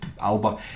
Alba